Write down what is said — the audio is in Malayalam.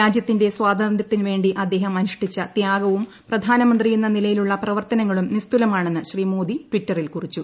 രാജ്യത്തിന്റെ സ്വാതന്ത്ര്യത്തിനുവേണ്ടി അദ്ദേഹം അനുഷ്ഠിച്ച ത്യാഗവും പ്രധാനമന്ത്രിയെന്ന നിലയിലുള്ള പ്രവർത്തനങ്ങളും നിസ്തുലമാണെന്ന് ശ്രീ മോദി ട്വിറ്ററിൽ കുറിച്ചു